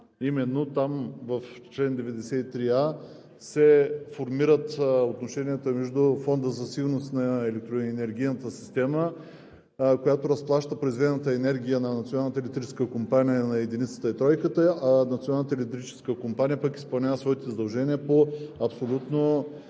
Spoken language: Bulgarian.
Именно там – в чл. 93а, се формират отношенията между Фонда за сигурност на електроенергийната система, която разплаща произведената енергия на Националната електрическа компания на Единицата и Тройката, а Националната електрическа компания пък изпълнява своите задължения по абсолютно